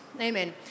Amen